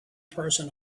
person